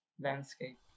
landscape